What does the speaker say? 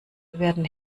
werden